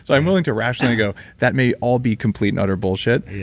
i'm willing to rationally go, that may all be complete and utter bullshit,